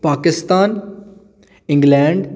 Pakistan England